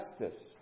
justice